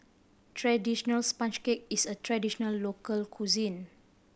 traditional sponge cake is a traditional local cuisine